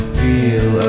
feel